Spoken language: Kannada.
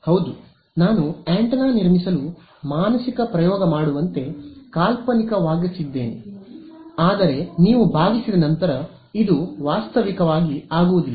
ಹೌದು ನಾನು ಆಂಟೆನಾ ನಿರ್ಮಿಸಲು ಮಾನಸಿಕ ಪ್ರಯೋಗ ಮಾಡುವಂತೆ ಕಾಲ್ಪನಿಕವಾಗಸಿದ್ದೇನೆ ಆದರೆ ನೀವು ಬಾಗಿಸಿದ ನಂತರ ಇದು ವಾಸ್ತವಿಕವಾಗಿ ಆಗುವುದಿಲ್ಲ